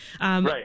Right